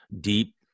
deep